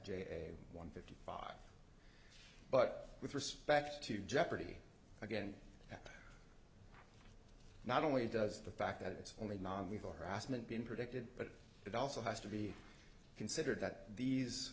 j one fifty five but with respect to jeopardy again not only does the fact that it's only non lethal harassment been predicted but it also has to be considered that these